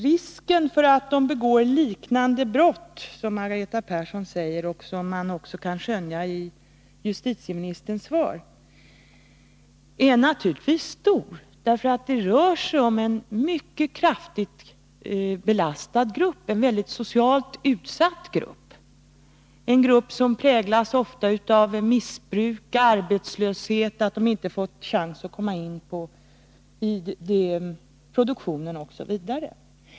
Risken för att dessa begår ett liknande brott är — som Margareta Persson säger och som man också kan skönja i justitieministerns svar — naturligtvis stor därför att det rör sig om en mycket kraftigt belastad och socialt utsatt grupp, en grupp som ofta präglas av missbruk och arbetslöshet, av att man inte fått chans att komma in i produktionen osv.